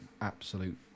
absolute